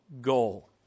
goal